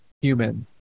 human